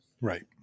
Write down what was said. Right